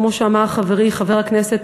כמו שאמר חברי, חבר הכנסת